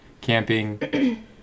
camping